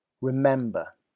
Remember